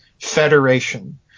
federation